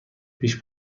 پیش